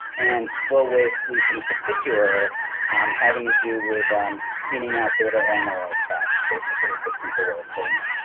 and slow wave sleep in particular um having to do with um cleaning out beta amyloid plaques, basically, is the simple way of putting it.